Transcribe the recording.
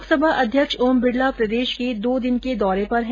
लोकसभा अध्यक्ष ओम बिडला प्रदेश के दो दिन के दौरे पर है